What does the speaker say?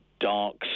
dark